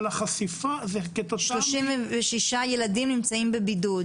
אבל החשיפה --- אתה אומר לי ש-36,000 ילדים נמצאים כרגע בבידוד?